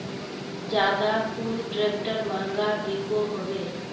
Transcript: ज्यादा कुन ट्रैक्टर महंगा बिको होबे?